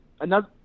another-